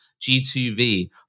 G2V